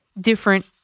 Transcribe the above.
different